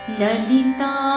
Lalita